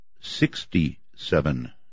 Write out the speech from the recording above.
Sixty-seven